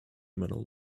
metal